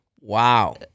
Wow